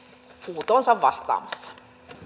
huutoonsa vastaamassa